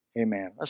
amen